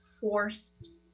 forced